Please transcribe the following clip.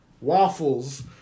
waffles